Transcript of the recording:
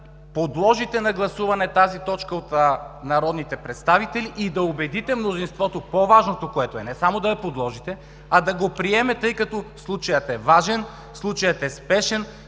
подложите на гласуване тази точка от народните представители и да убедите мнозинството. По-важното, което е – не само да я подложите, а да го приемете, тъй като случаят е важен, случаят е спешен,